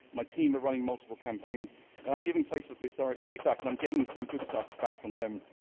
my team are running multiple campaigns and i'm giving facebook this direct feedback and i'm getting some good stuff back from them.